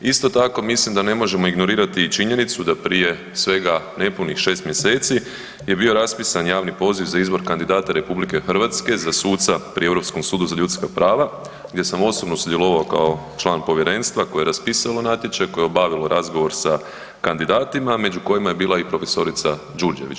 Isto tako mislim da ne možemo ignorirati činjenicu da prije svega nepunih 6 mjeseci je bio raspisan javni poziv za izbor kandidata RH za suca pri Europskom sudu za ljudska prava gdje sam osobno sudjelovao kao član povjerenstva koje je raspisalo natječaj, koje je obavilo razgovor sa kandidatima među kojima je bila i prof. Đurđević.